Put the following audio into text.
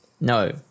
No